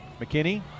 McKinney